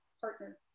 partner